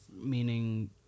meaning